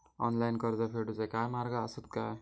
Online कर्ज फेडूचे काय मार्ग आसत काय?